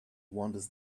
wanders